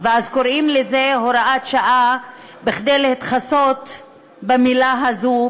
ואז קוראים לזה הוראת שעה כדי להתכסות במילה הזו,